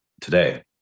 today